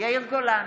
יאיר גולן,